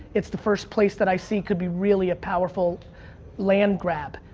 it's the first place that i see could be really a powerful land grab.